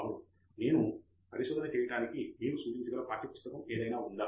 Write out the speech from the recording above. ఫణికుమార్ అవును నేను పరిశోధన చేయడానికి మీరు సూచించగల పాఠ్య పుస్తకం ఏదైనా ఉందా